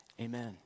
amen